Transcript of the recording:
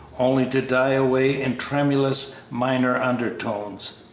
only to die away in tremulous, minor undertones.